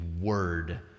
word